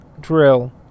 drill